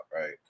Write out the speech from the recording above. Right